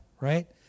right